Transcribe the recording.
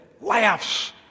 laughs